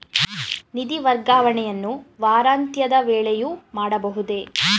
ನಿಧಿ ವರ್ಗಾವಣೆಯನ್ನು ವಾರಾಂತ್ಯದ ವೇಳೆಯೂ ಮಾಡಬಹುದೇ?